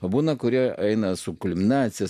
pabūna kurie eina su kulminacija